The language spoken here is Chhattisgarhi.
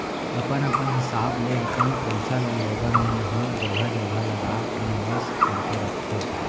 अपन अपन हिसाब ले अपन पइसा ल लोगन मन ह जघा जघा लगा निवेस करके रखथे